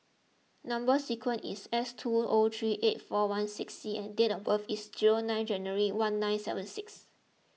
Number Sequence is S two O three eight four one six C and date of birth is zero nine January one nine seven six